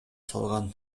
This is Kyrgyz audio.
салган